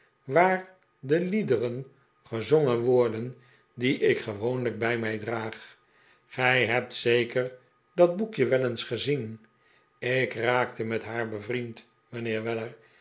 waar de liederen gezongen worden die ik gewoonlijk bij mij draag gij hebt zeker dat boekje wel eens gezien ik raakte met haar bekend mijnheer weller